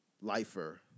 lifer